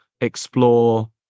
explore